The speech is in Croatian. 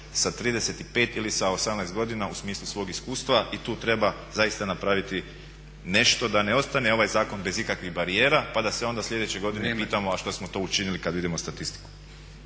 sa 35. ili 18. godina u smislu svog iskustva i tu treba zaista napraviti nešto da ne ostane ovaj zakon bez ikakvih barijera pa da se onda sljedeće godine pitamo a što smo to učinili kad vidimo statistiku?